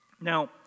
Now